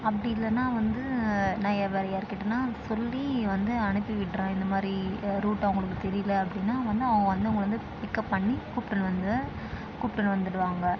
அப்படி இல்லைன்னா வந்து நான் வேறு யாருக்கிட்டேனா சொல்லி வந்து அனுப்பி விட்டுறேன் இந்த மாதிரி ரூட்டு அவர்களுக்கு தெரியலை அப்படின்னா வந்து அவங்க வந்து உங்களை வந்து பிக்அப் பண்ணி கூப்பிட்டுனு வந்து கூப்பிட்டுனு வந்துவிடுவாங்க